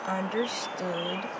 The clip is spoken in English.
understood